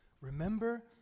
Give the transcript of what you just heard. Remember